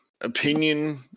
opinion